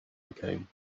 became